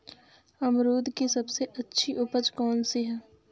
अमरूद की सबसे अच्छी उपज कौन सी है?